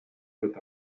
with